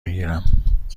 بگیرم